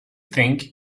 think